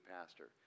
pastor